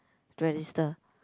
to register